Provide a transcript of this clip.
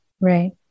Right